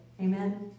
Amen